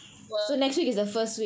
!wah! you are breaking